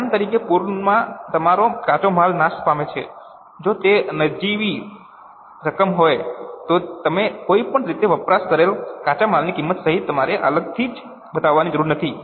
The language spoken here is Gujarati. ઉદાહરણ તરીકે પૂરમાં તમારો કાચો માલ નાશ પામે છે જો તે નજીવી રકમ હોય તો તમે કોઈપણ રીતે વપરાશ કરેલ કાચા માલની કિંમત સહિત તમારે અલગથી બતાવવાની જરૂર નથી